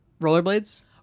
Rollerblades